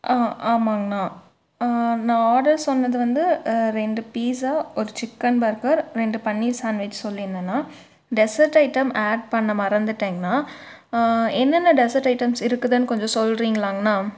ஆ ஆமாங்ண்ணா நான் ஆர்டர் சொன்னது வந்து ரெண்டு பீட்ஸா ஒரு சிக்கன் பர்கர் ரெண்டு பன்னீர் சான்வெஜ் சொல்லிருந்தேண்ணா டெசர்ட் ஐட்டம் ஆட் பண்ண மறந்துட்டேங்ண்ணா என்னென்ன டெசர்ட் ஐட்டம்ஸ் இருக்குதுன்னு கொஞ்சம் சொல்றீங்களாங்ண்ணா